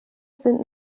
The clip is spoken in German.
sind